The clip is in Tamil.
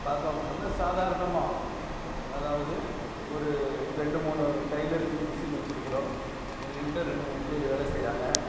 பார்த்தோம் அப்படின்னோம்னா சாதாரணமாக அதாவது ஒரு ரெண்டு மூணு டெய்லரிங் மிசின் வச்சிருக்குறோம் எங்கக்கிட்ட ரெண்டு மூணு பேரு வேலை செய்கிறாங்க